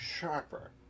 sharper